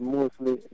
mostly